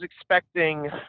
expecting